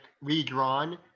redrawn